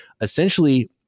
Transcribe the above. essentially –